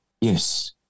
Yes